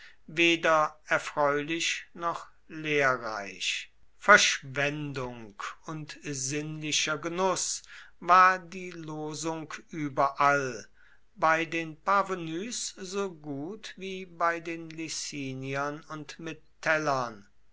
weder erfreulich noch lehrreich verschwendung und sinnlicher genuß war die losung überall bei den parvenus so gut wie bei den liciniern und metellern